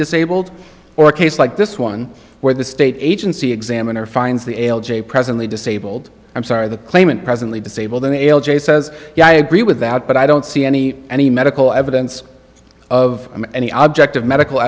disabled or a case like this one where the state agency examiner finds the ael j presently disabled i'm sorry the claimant presently disabled the nail jay says yeah i agree with that but i don't see any any medical evidence of any object of medical